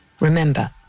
Remember